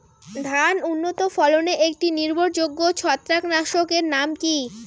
ধান উন্নত ফলনে একটি নির্ভরযোগ্য ছত্রাকনাশক এর নাম কি?